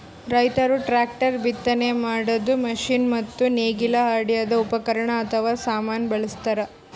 ರೈತರ್ ಟ್ರ್ಯಾಕ್ಟರ್, ಬಿತ್ತನೆ ಮಾಡದ್ದ್ ಮಷಿನ್ ಮತ್ತ್ ನೇಗಿಲ್ ಹೊಡ್ಯದ್ ಉಪಕರಣ್ ಅಥವಾ ಸಾಮಾನ್ ಬಳಸ್ತಾರ್